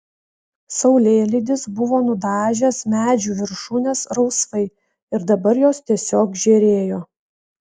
saulėlydis buvo nudažęs medžių viršūnes rausvai ir dabar jos tiesiog žėrėjo